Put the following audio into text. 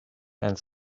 and